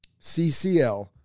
CCL